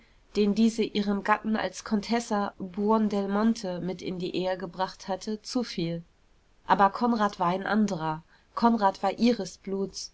den diese ihrem gatten als contessa buondelmonte mit in die ehe gebracht hatte zufiel aber konrad war ein anderer konrad war ihres bluts